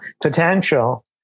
potential